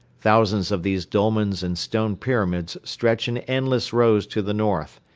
thousands of these dolmens and stone pyramids stretch in endless rows to the north.